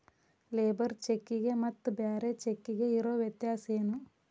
Labour ಚೆಕ್ಕಿಗೆ ಮತ್ತ್ ಬ್ಯಾರೆ ಚೆಕ್ಕಿಗೆ ಇರೊ ವ್ಯತ್ಯಾಸೇನು?